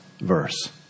verse